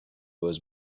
was